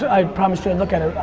i promised you i'd look at it.